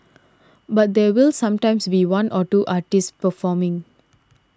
but there will sometimes be one or two artists performing